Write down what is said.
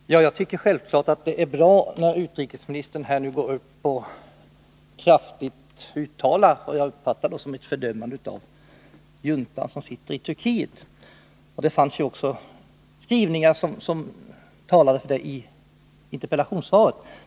Herr talman! Jag tycker självklart att det är bra när utrikesministern uttalar vad jag uppfattade som ett kraftfullt fördömande av juntan i Turkiet. Det finns också skrivningar som talar för det i interpellationssvaret.